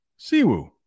siwu